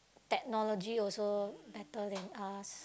technology also better than us